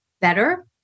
better